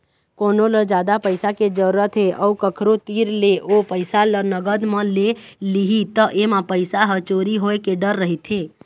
कोनो ल जादा पइसा के जरूरत हे अउ कखरो तीर ले ओ पइसा ल नगद म ले लिही त एमा पइसा ह चोरी होए के डर रहिथे